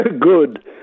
good